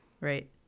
Right